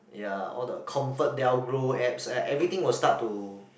ya all the ComfortDelGro apps e~ everything will start to